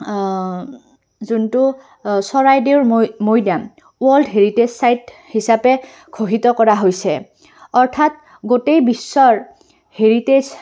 যোনটো চৰাইদেউৰ Moidam world heritage site হিচাপে ঘোষিত কৰা হৈছে অৰ্থাৎ গোটেই বিশ্বৰ হেৰিটেজ